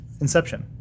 Inception